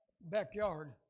backyard